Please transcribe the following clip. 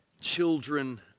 children